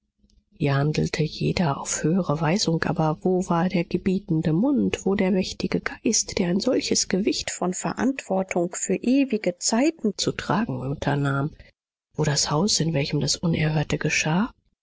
hier handelte jeder auf höhere weisung aber wo war der gebietende mund wo der mächtige geist der ein solches gewicht von verantwortung für ewige zeiten zu tragen unternahm wo das haus in welchem das unerhörte geschah